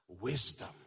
wisdom